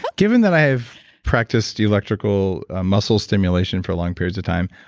but given that i've practiced electrical ah muscle stimulation for long periods of time,